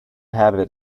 habit